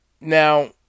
Now